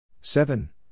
Seven